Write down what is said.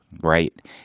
right